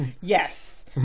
Yes